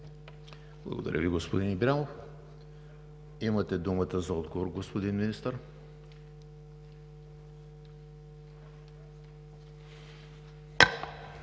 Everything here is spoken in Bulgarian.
Благодаря Ви, господин Ибрямов. Имате думата за отговор, господин Министър.